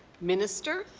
minister